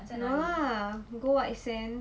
no lah go white sands